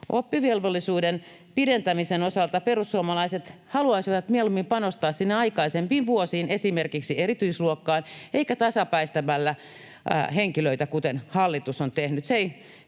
Oppivelvollisuuden pidentämisen osalta perussuomalaiset haluaisivat mieluummin panostaa sinne aikaisempiin vuosiin, esimerkiksi erityisluokkaan, eikä tasapäistää henkilöitä, kuten hallitus on tehnyt.